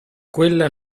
quella